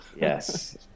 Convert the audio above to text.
Yes